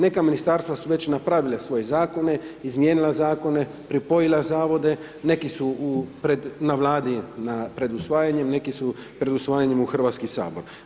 Neka ministarstva su već napravile svoje zakone, izmijenila zakone, pripojila zavode, neki su na vladi pred usvojenjem, neki su pred usvajanjem u Hrvatski sabor.